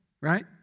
right